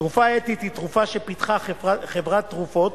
תרופה אתית היא תרופה שפיתחה חברת תרופות,